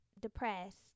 depressed